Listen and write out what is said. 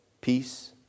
peace